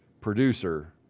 producer